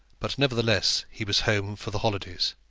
but, nevertheless, he was home for the holidays.